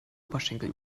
oberschenkel